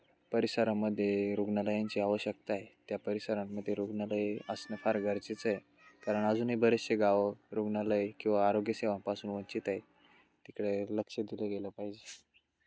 परिसरामध्ये रुग्णालयांची आवश्यकता आहे त्या परिसरांमध्ये रुग्णालय असणं फार गरजेचं आहे कारण अजूनही बरीचशी गावं रुग्णालय किंवा आरोग्य सेवांपासून वंचित आहे तिकडे लक्ष दिलं गेलं पाहिजे